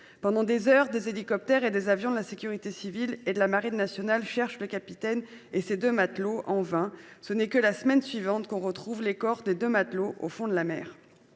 Pendant des heures, des hélicoptères et des avions de la sécurité civile et de la marine nationale cherchent le capitaine et ses deux matelots, en vain. Ce n'est que la semaine suivante que l'on retrouve les corps des deux matelots au fond de la mer.